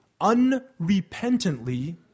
unrepentantly